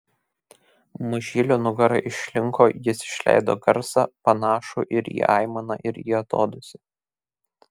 mažylio nugara išlinko jis išleido garsą panašų ir į aimaną ir į atodūsį